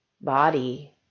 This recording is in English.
body